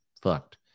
fucked